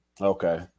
Okay